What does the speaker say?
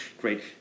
great